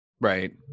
Right